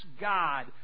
God